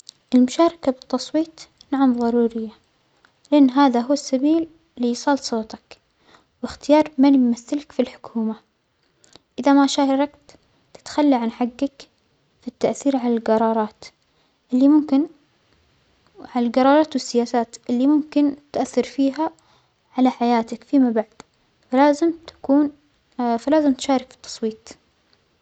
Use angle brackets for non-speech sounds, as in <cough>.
المشاركة بالتصويت نعم ظرورية، لأن هذا هو السبيل لإيصال صوتك وإختيار من يمثلك في الحكومة، إذا ما شاركت تتخلى عن حجك في التأثير على الجرارات اللى ممكن-على الجرارات والسياسات اللى ممكن تؤثر فيها على حياتك فيما بعد، فلازم تكون <hesitation> فلازم تشارك في التصويت.